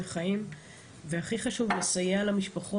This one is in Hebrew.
חיים והדבר החשוב ביותר הוא שהיא יכולה לסייע למשפחות